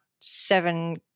seven